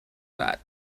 that